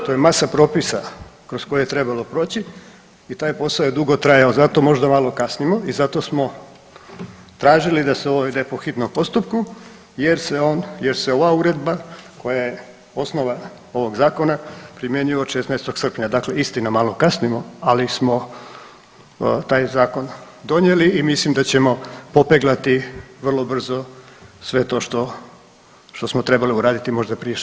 To je masa propisa kroz koje je trebalo proći i taj posao je dugo trajao, zato možda malo kasnimo i zato smo tražili da se ovo ide po hitnom postupku jer se on, jer se ova Uredba koja je osnova ovog Zakona primjenjuju od 16. srpnja, dakle istina, malo kasnimo, ali smo taj Zakon donijeli i mislim da ćemo popeglati vrlo brzo sve to što smo trebali uraditi možda prije 6 mjeseci.